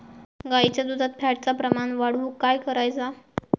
गाईच्या दुधात फॅटचा प्रमाण वाढवुक काय करायचा?